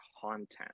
content